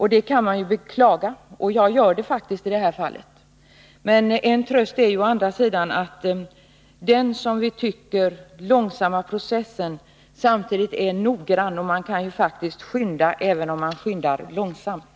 Det kan man beklaga, och jag gör det faktiskt i det här fallet. Men en tröst är å andra sidan att den, såsom vi uppfattar det, långsamma processen samtidigt är noggrann — och man kan faktiskt skynda även om man skyndar långsamt.